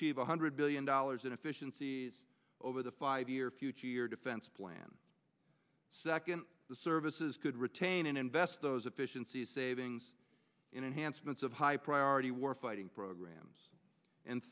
one hundred billion dollars in efficiencies over the five year future year defense plan second the services could retain and invest those efficiency savings in enhancements of high priority warfighting programs and